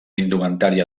indumentària